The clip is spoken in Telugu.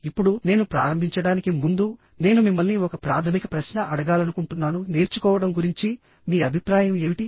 ఇప్పుడునేను ప్రారంభించడానికి ముందునేను మిమ్మల్ని ఒక ప్రాథమిక ప్రశ్న అడగాలనుకుంటున్నానుః నేర్చుకోవడం గురించి మీ అభిప్రాయం ఏమిటి